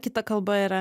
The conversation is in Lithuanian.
kita kalba yra